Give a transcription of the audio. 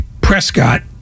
Prescott